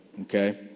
okay